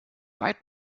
weit